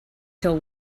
till